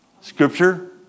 Scripture